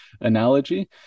analogy